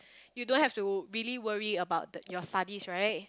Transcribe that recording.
you don't have to really worry about your studies right